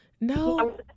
no